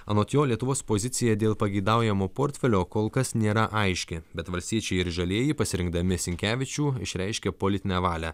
anot jo lietuvos pozicija dėl pageidaujamo portfelio kol kas nėra aiški bet valstiečiai ir žalieji pasirinkdami sinkevičių išreiškė politinę valią